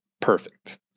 perfect